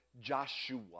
Joshua